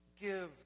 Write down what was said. Give